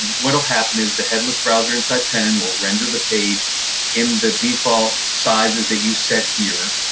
what will happen is the headless browser inside tenon will render the page in the default sizes that you set here,